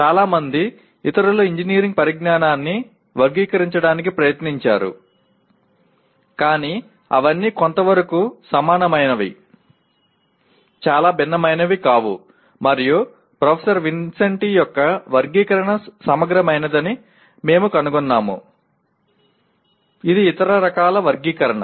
చాలా మంది ఇతరులు ఇంజనీరింగ్ పరిజ్ఞానాన్ని వర్గీకరించడానికి ప్రయత్నించారు కానీ అవన్నీ కొంతవరకు సమానమైనవి చాలా భిన్నమైనవి కావు మరియు ప్రొఫెసర్ విన్సెంటి యొక్క వర్గీకరణ సమగ్రమైనదని మేము కనుగొన్నాము ఇది ఇతర రకాల వర్గీకరణ